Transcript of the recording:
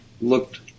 looked